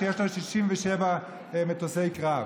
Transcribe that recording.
שיש לה 67 מטוסי קרב.